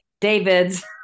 David's